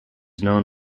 known